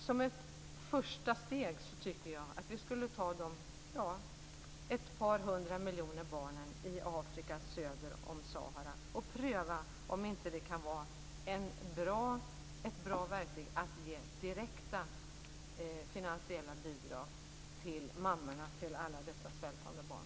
Som ett första steg tycker jag att vi skulle ta ett par hundra miljoner barn i Afrika söder om Sahara och pröva om det inte kan vara ett bra verktyg att ge direkta finansiella bidrag till mammorna till alla dessa svältande barn.